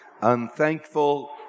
unthankful